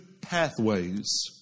pathways